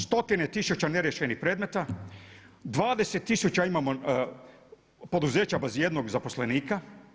Stotine tisuća neriješenih predmeta, 20 tisuća imamo poduzeća bez jednog zaposlenika.